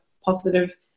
positive